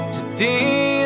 Today